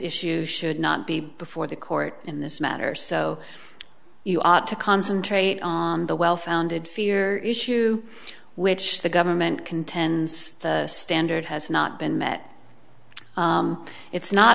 issues should not be before the court in this matter so you ought to concentrate on the well founded fear issue which the government contends the standard has not been met it's not